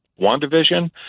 wandavision